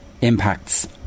impacts